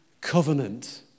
covenant